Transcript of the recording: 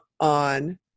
on